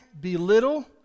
belittle